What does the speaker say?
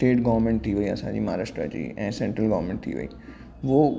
state government थी वई असांजी महाराष्ट्र जी ऐं सैंट्रल गॉर्मेंट थी वई वो